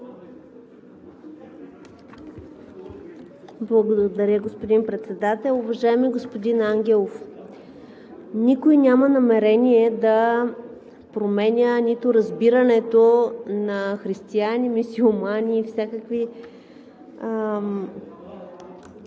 Благодаря, господин Председател. Уважаеми господин Ангелов, никой няма намерение да променя разбирането на християни, мюсюлмани и хора